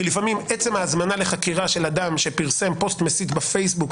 כי לפעמים עצם ההזמנה לחקירה של אדם שפרסם פוסט מסית בפייסבוק,